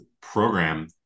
program